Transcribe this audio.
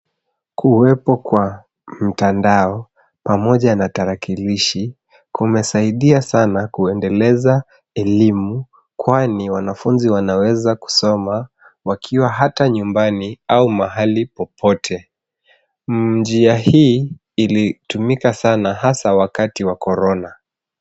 Kuwepo kwa mtandao na tarakilishi kumesaidia sana kuendeleza elimu kwani wanafunzi wanaweza kusoma wakiwa ata nyumbani au mahali popote, Njia hii ilitumika sana hasa wakati wa Corona.